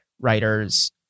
writers